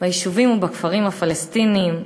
ביישובים ובכפרים הפלסטיניים.